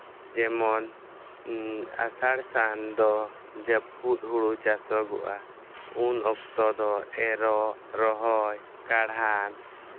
ᱡᱮᱢᱚᱱ ᱟᱥᱟᱲ ᱥᱟᱱ ᱫᱚ ᱡᱟᱹᱯᱩᱫ ᱦᱩᱲᱩ ᱪᱟᱥᱚᱜᱚᱜᱼᱟ ᱩᱱ ᱚᱠᱛᱚ ᱫᱚ ᱮᱨᱚᱜ ᱨᱚᱦᱚᱭ ᱠᱟᱬᱦᱟᱱ